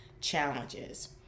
challenges